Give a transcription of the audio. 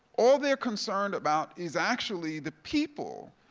all they're concerned about is actually the people.